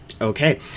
Okay